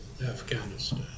Afghanistan